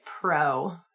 pro –